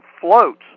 floats